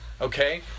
Okay